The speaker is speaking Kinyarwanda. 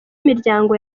miryango